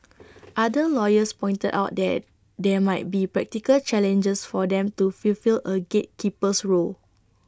other lawyers pointed out that there might be practical challenges for them to fulfil A gatekeeper's role